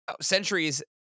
centuries